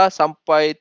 sampai